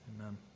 Amen